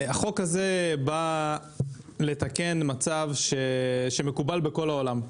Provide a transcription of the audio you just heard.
החוק הזה בא לתקן מצב שמקובל בכל העולם,